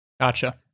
Gotcha